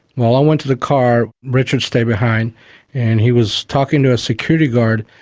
while i went to the car richard stayed behind and he was talking to a security guard.